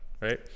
right